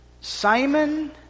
Simon